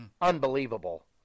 Unbelievable